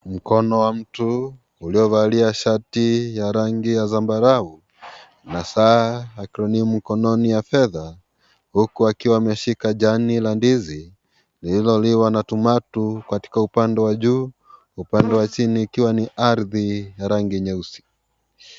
Mkono wa mtu uliovalia shati ya rangi ya sambarau na saa mkononi ya fedha huku akiwa ameshika jani la ndizi lililoliwa na tumatu katika upande wa juu upande wa chini ikiwa ni ardhi ya rangi nyeusi.